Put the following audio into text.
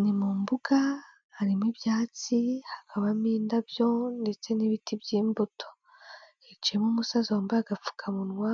Ni mu mbuga harimo ibyatsi hakabamo indabyo ndetse n'ibiti by'imbuto, hicayemo umusaza wambaye agapfukamunwa